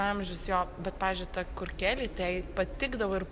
amžius jo bet pavyzdžiui ta kur keli tai jai patikdavo ir